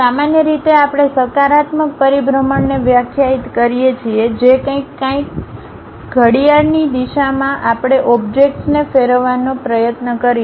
સામાન્ય રીતે આપણે સકારાત્મક પરિભ્રમણને વ્યાખ્યાયિત કરીએ છીએ જે કંઈક કાંઇ ઘડિયાળની દિશામાં દિશામાં આપણે ઓબ્જેક્ટ્સને ફેરવવાનો પ્રયત્ન કરીશું